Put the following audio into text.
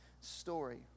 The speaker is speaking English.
story